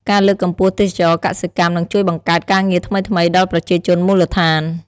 ការលើកកម្ពស់ទេសចរណ៍កសិកម្មនឹងជួយបង្កើតការងារថ្មីៗដល់ប្រជាជនមូលដ្ឋាន។